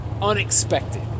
unexpected